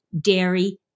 dairy